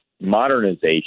modernization